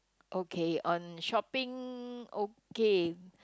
okay on shopping okay